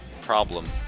Problem